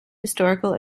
historical